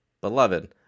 Beloved